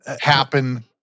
happen